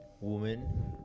Woman